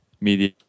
media